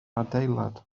adeilad